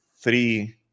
three